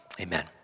amen